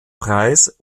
preis